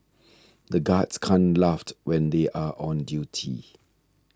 the guards can't laughed when they are on duty